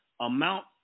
amount